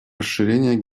расширение